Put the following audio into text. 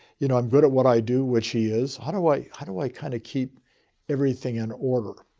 you know, i'm good at what i do. which he is. how do i, how do i kind of keep everything in order?